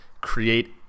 create